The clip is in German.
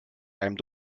einem